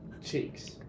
Cheeks